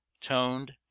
toned